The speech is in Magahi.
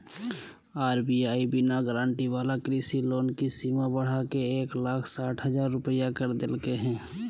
आर.बी.आई बिना गारंटी वाला कृषि लोन के सीमा बढ़ाके एक लाख साठ हजार रुपया कर देलके हें